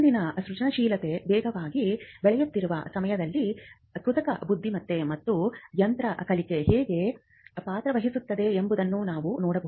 ಇಂದಿನ ಸೃಜನಶೀಲತೆಯ ವೇಗವಾಗಿ ಬೆಳೆಯುತ್ತಿರುವ ಸಮಯದಲ್ಲಿ ಕೃತಕ ಬುದ್ಧಿಮತ್ತೆ ಮತ್ತು ಯಂತ್ರ ಕಲಿಕೆ ಹೇಗೆ ಪಾತ್ರವಹಿಸುತ್ತದೆ ಎಂಬುದನ್ನು ನಾವು ನೋಡಬಹುದು